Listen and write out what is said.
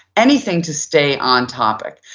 anything to stay on topic.